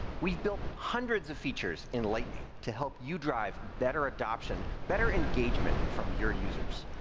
we built hundreds of features in lightning to help you drive better adoption, better engagement from your users.